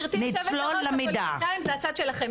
גבירתי יושבת הראש, הפוליטיקאים זה הצד שלכם.